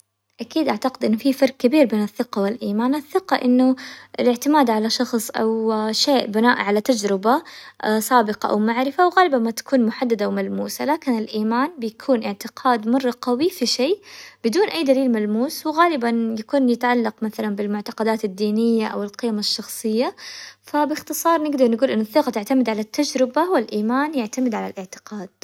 أكيد أعتقد إنه في فرق كبير بين الثقة والإيمان، الثقة إنه الاعتماد على شخص أو شيء بناء على تجربة سابقة او معرفة، وغالباً ما تكون محددة وملموسة، لكن الإيمان بيكون اعتقاد مرة قوي في شيء بدون أي دليل ملموس، وغالبا يكون يتعلق مثلا بالمعتقدات الدينية أو القيم الشخصية فباختصار نقدر نقول إن الثقة تعتمد على التجربة والإيمان يعتمد على الاعتقاد.